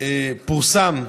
פורסם,